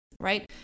right